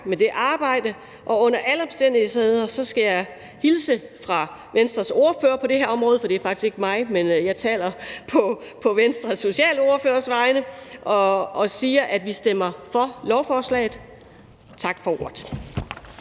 med det arbejde. Og under alle omstændigheder skal jeg hilse fra Venstres ordfører på det her område, for det er faktisk ikke mig, men jeg taler på Venstres socialordførers vegne, og sige, at vi stemmer for lovforslaget. Tak for ordet.